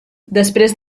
després